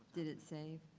did it save?